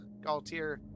Galtier